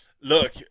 look